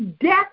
Death